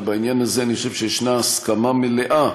ובעניין הזה אני חושב שישנה הסכמה מלאה,